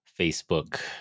Facebook